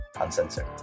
Uncensored